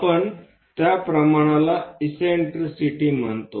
आपण त्या प्रमाणाला इससेन्ट्रिसिटी म्हणतो